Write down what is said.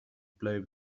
play